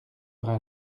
aura